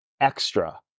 extra